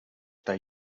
they